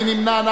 מי נמנע?